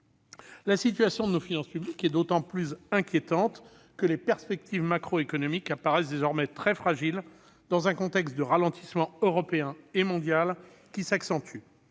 La situation de nos finances publiques est d'autant plus inquiétante que les perspectives macroéconomiques paraissent désormais très fragiles, dans un contexte de ralentissement européen et mondial qui s'accentue.